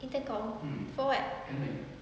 intercom for what